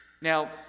Now